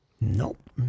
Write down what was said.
Nope